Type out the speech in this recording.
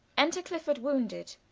enter clifford wounded.